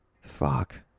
Fuck